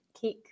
kick